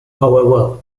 however